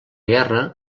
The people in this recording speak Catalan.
guerra